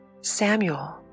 Samuel